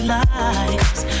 lies